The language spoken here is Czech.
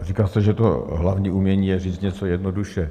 Říká se, že to hlavní umění je říct něco jednoduše.